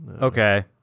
okay